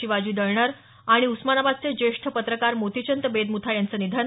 शिवाजी दळणर आणि उस्मानाबादचे ज्येष्ठ पत्रकार मोतीचंद बेद्मुथा यांचं निधन